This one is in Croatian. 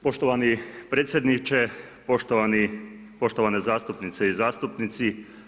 Poštovani predsjedniče, poštovane zastupnice i zastupnici.